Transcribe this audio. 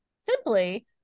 simply